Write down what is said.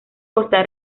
costa